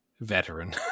veteran